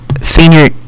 senior